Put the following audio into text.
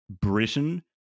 Britain